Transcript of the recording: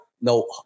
no